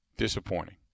disappointing